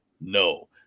no